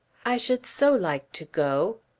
i should so like to go.